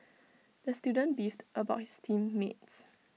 the student beefed about his team mates